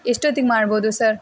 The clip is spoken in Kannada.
ಎಷ್ಟೊತ್ತಿಗೆ ಮಾಡ್ಬೋದು ಸರ್